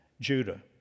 Judah